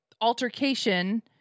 altercation